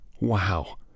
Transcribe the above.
Wow